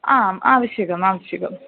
आम् आवश्यकम् आवश्यकम्